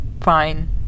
fine